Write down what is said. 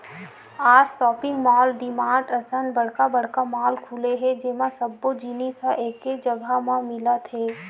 आज shopping mall, DMart असन बड़का बड़का मॉल खुले हे जेमा सब्बो जिनिस ह एके जघा म मिलत हे